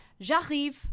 j'arrive